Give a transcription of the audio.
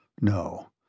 No